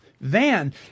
van